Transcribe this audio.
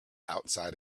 outside